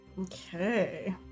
okay